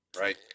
right